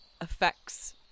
effects